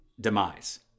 demise